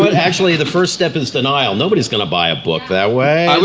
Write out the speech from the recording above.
but actually the first steps is denial, nobody's gonna buy a book that way,